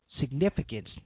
significance